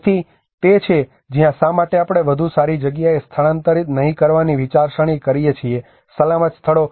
તેથી તે છે જ્યાં શા માટે આપણે વધુ સારી જગ્યાએ સ્થાનાંતરિત નહીં કરવાની વિચારસરણી કરીએ છીએ સલામત સ્થળો